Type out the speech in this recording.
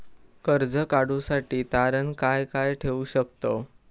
कर्ज काढूसाठी तारण काय काय ठेवू शकतव?